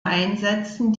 einsetzen